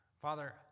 Father